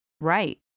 Right